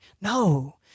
No